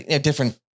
different